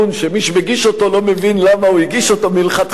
שמי שמגיש אותו לא מבין למה הוא הגיש אותו מלכתחילה,